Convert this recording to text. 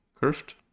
curved